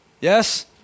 Yes